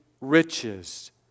riches